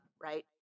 right